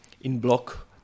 in-block